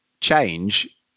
change